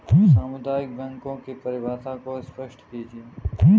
सामुदायिक बैंकों की परिभाषा को स्पष्ट कीजिए?